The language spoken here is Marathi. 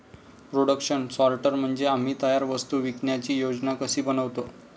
प्रोडक्शन सॉर्टर म्हणजे आम्ही तयार वस्तू विकण्याची योजना कशी बनवतो